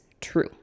true